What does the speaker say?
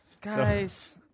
Guys